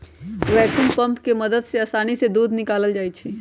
vacuum pump के मदद से आसानी से दूध निकाकलल जाइ छै